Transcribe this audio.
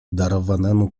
darowanemu